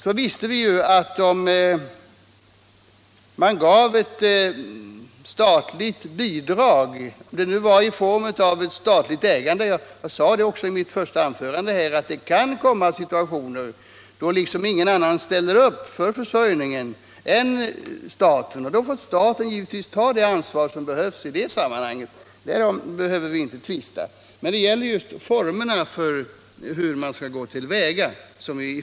Då visste vi att det kunde bli fråga om statliga bidrag, eventuellt någon form av statligt ägande. Jag sade också i mitt första anförande att det kan uppstå situationer då ingen annan än staten ställer upp för försörjningen. Naturligtvis får då staten ta det ansvar som i sådana fall är nödvändigt. Därom behöver vi inte tvista. Men det gäller just formerna för hur man skall gå till väga.